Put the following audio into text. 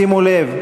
שימו לב,